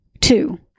two